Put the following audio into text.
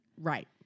Right